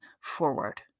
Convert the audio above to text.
forward